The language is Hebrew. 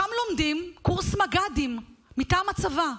שם לומדים קורס מג"דים מטעם הצבא.